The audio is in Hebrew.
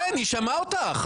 היא שמעה אותך.